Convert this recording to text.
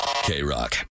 K-Rock